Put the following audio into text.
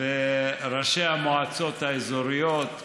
וראשי המועצות האזוריות,